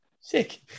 sick